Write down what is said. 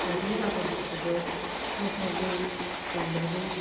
बारि बागानफोरखौबो मोजाङै दुमनानै